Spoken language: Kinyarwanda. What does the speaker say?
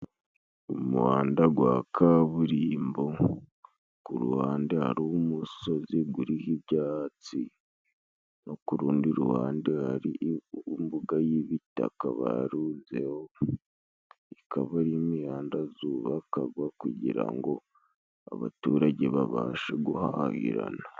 Umuhanda gwa kaburimbo ku ruhande hari umusozi guriho ibyatsi, no ku rundi ruhande hari imbuga y'ibitaka barunzeho, ikaba ari imihanda zubakagwa kugira ngo abaturage babashe guhagirana.